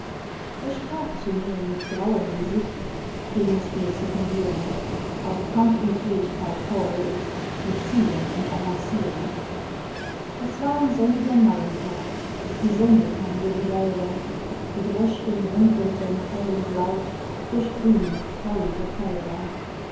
er sprach zu mir mit grauem gesicht du mußt mir sekundieren auf kampfunfähigkeit fordere ich mit zielen und avancieren es war ein sonniger maientag die sonne kam über die wälder die droschken rumpelten hell und laut durch grüne tauige felder